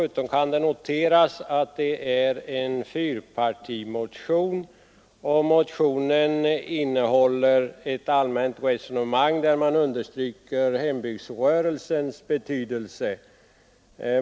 Motionen 1717 är en fyrpartimotion och innehåller ett allmänt resonemang om hembygdsrörelsens betydelse.